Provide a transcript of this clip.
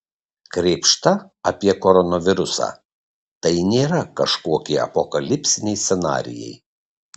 krėpšta apie koronavirusą tai nėra kažkokie apokalipsiniai scenarijai